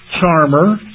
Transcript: charmer